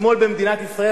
השמאל הקיצוני במדינת ישראל,